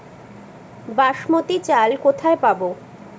বাসমতী চাল কোথায় পাবো?